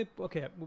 Okay